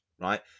right